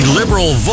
liberal